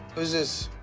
who's this?